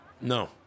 No